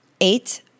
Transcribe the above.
eight